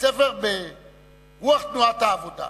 בית-ספר ברוח תנועת העבודה,